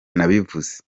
nabivuze